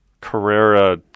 Carrera